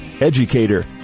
educator